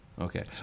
Okay